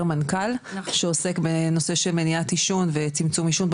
מנכ"ל שעוסק בנושא של מניעת עישון וצמצום עישון,